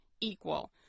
equal